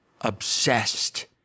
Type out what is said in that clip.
obsessed